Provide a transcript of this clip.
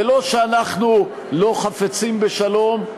זה לא שאנחנו לא חפצים בשלום,